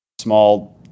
small